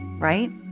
Right